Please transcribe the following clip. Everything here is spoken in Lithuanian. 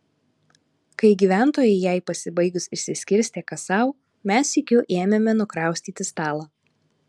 kai gyventojai jai pasibaigus išsiskirstė kas sau mes sykiu ėmėme nukraustyti stalą